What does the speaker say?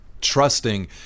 trusting